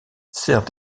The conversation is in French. sert